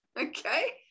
Okay